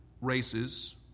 races